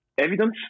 evidence